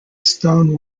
stone